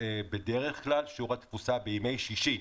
בדרך כלל שיעור התפוסה בימי שישי,